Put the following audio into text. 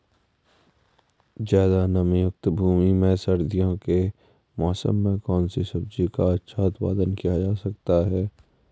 ज़्यादा नमीयुक्त भूमि में सर्दियों के मौसम में कौन सी सब्जी का अच्छा उत्पादन किया जा सकता है?